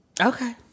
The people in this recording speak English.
Okay